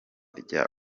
rya